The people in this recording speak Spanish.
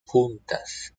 juntas